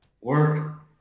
work